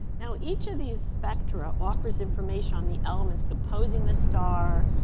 now each of these spectra offers information on the elements composing the star,